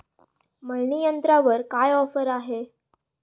मळणी यंत्रावर काय ऑफर आहे?